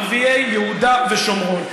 ערביי יהודה ושומרון.